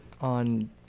on